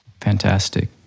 Fantastic